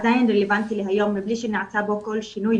עדיין רלוונטי להיום מבלי שנעשה בו כל שינוי,